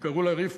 קראו לה רבקה,